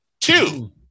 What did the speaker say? Two